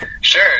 Sure